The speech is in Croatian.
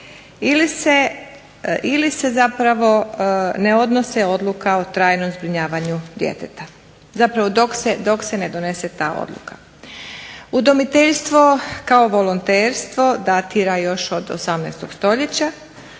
ili se zapravo ne odnose odluka o trajnom zbrinjavanju djeteta. Zapravo, dok se ne donese ta odluka. Udomiteljstvo kao volonterstvo datira još od 18. stoljeća.